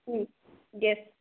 ம் யெஸ்